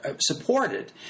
supported